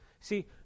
See